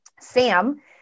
Sam